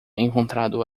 encontrado